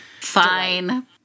fine